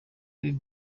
ubu